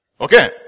Okay